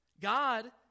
God